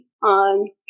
On